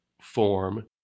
form